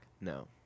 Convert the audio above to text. No